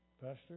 Pastor